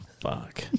Fuck